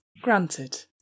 granted